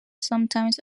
sometimes